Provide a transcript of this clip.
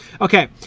okay